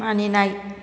मानिनाय